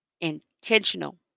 Intentional